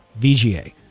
VGA